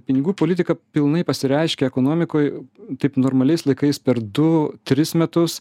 pinigų politika pilnai pasireiškia ekonomikoj taip normaliais laikais per du tris metus